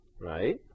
right